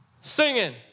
Singing